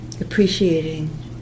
Appreciating